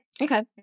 okay